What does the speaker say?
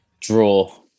Draw